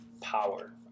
power